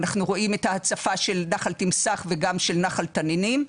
אנחנו רואים את ההצפה של נחל תמסח וגם של נחל תנינים.